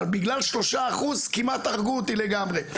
אבל בגלל 3% כמעט הרגו אותי לגמרי,